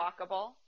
walkable